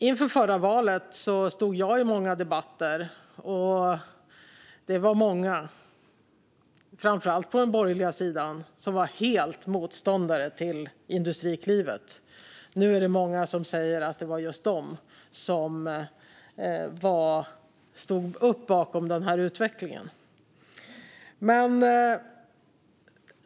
Inför förra valet stod jag i många debatter där många, framför allt på den borgerliga sidan, var helt och hållet motståndare till Industriklivet. Nu är det många som säger att det var just de som stod upp bakom den här utvecklingen.